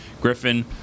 Griffin